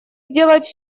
сделать